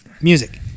Music